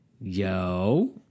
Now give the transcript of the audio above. yo